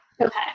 okay